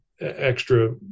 extra